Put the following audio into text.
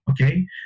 Okay